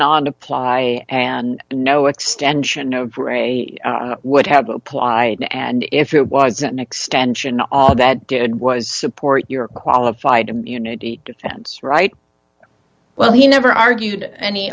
not apply and no extension no bray would have applied and if it wasn't an extension all that good was support your qualified immunity defense right well he never argued any